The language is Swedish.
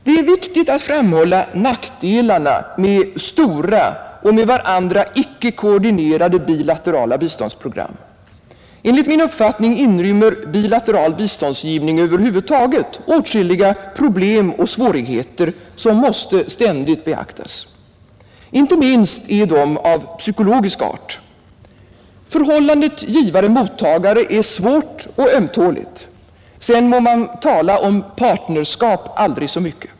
Det är viktigt att framhålla nackdelarna med stora och med varandra icke koordinerade bilaterala biståndsprogram. Enligt min uppfattning inrymmer bilateral biståndsgivning över huvud taget åtskilliga problem och svårigheter som måste ständigt beaktas. Inte minst är dessa av psykologisk art. Förhållandet givare—mottagare är svårt och ömtåligt, sedan må man tala om partnerskap aldrig så mycket.